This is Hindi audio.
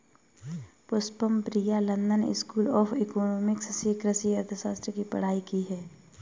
Pushpam Priya London school of economics से कृषि अर्थशास्त्र की पढ़ाई की है